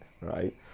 right